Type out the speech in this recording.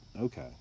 okay